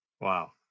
Wow